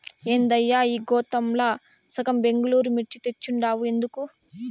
ఏందయ్యా ఈ గోతాంల సగం బెంగళూరు మిర్చి తెచ్చుండావు ఎందుకు